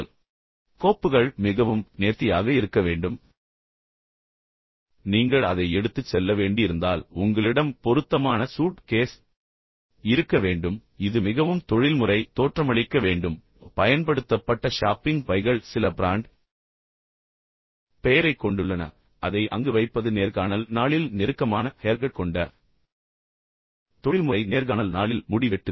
எனவே கோப்புகள் மிகவும் நேர்த்தியாக இருக்க வேண்டும் நீங்கள் அதை எடுத்துச் செல்ல வேண்டியிருந்தால் உங்களிடம் பொருத்தமான சூட் கேஸ் இருக்க வேண்டும் இது மிகவும் தொழில்முறை தோற்றமளிக்க வேண்டும் ஆனால் பயன்படுத்தப்பட்ட ஷாப்பிங் பைகள் சில பிராண்ட் பெயரைக் கொண்டுள்ளன பின்னர் அதை மீண்டும் அங்கு வைப்பது நேர்காணல் நாளில் நெருக்கமான ஹேர்கட் கொண்ட மிகவும் தொழில்முறை நேர்காணல் நாளில் முடி வெட்டுதல்